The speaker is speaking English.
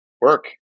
work